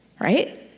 Right